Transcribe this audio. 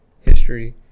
history